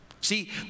See